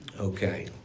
okay